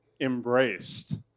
embraced